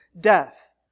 death